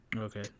Okay